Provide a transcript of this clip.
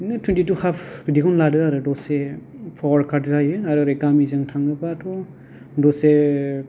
बिदिनो twenty two half बिदिखौनो लादो आरो दसे पावार काट जायो आरो ओरै गामिजों थाङोबाथ' दसे